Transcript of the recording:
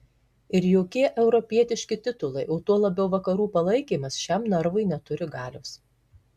ir jokie europietiški titulai o tuo labiau vakarų palaikymas šiam narvui neturi galios